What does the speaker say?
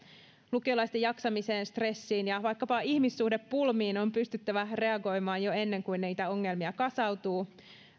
lukiolaisten jaksamiseen stressiin ja vaikkapa ihmissuhdepulmiin on pystyttävä reagoimaan jo ennen kuin niitä ongelmia kasautuu